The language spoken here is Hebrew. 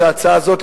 את ההצעה הזאת,